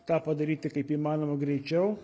tą padaryti kaip įmanoma greičiau